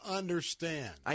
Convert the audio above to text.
understand